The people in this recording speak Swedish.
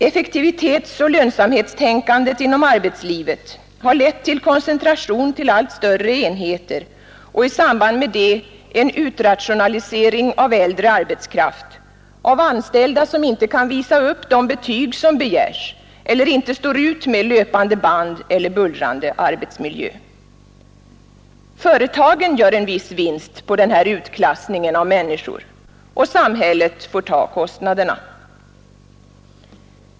Effektivitetsoch lönsamhetstänkandet inom arbetslivet har medfört koncentration till allt större enheter och i samband med det en utrationalisering av äldre arbetskraft, av anställda som inte kan visa upp de betyg som begärs eller inte står ut med löpande band eller bullrande arbetsmiljö. Företagen gör en viss vinst på den här utklassningen av människor, och samhället får ta kostnaderna.